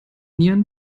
nieren